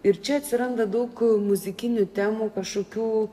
ir čia atsiranda daug muzikinių temų kažkokių